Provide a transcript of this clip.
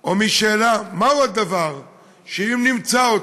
או משאלה מהו הדבר שאם נמצא,